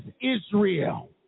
Israel